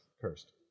Cursed